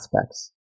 aspects